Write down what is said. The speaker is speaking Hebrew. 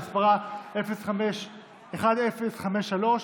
שמספרה פ/1053,